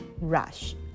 Rush